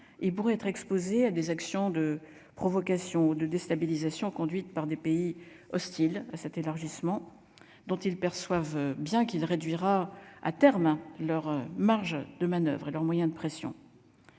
et pour être exposé à des actions de provocation de déstabilisation conduite par des pays hostiles à cet élargissement dont ils perçoivent bien qu'il réduira à terme leur marge de manoeuvre et leurs moyens de pression.